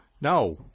no